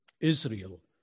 Israel